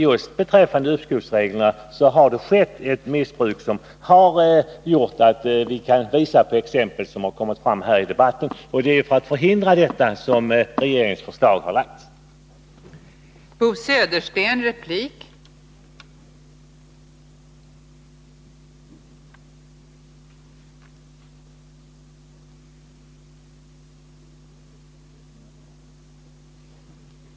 Jag tror inte att någon kan bestrida att de exempel som tagits upp under debatten visar att det förekommer ett missbruk. Det är för att förhindra detta som regeringens förslag har lagts fram.